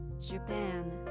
Japan